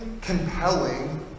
compelling